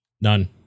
None